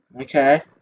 Okay